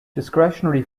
discretionary